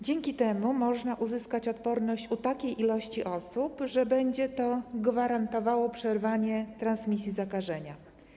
Dzięki temu można uzyskać odporność u takiej ilości osób, że będzie to gwarantowało przerwanie transmisji zakażenia.